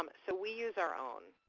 um so we use our own.